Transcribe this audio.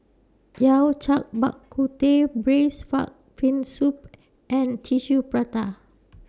Yao Cai Bak Kut Teh Braised Far Fin Soup and Tissue Prata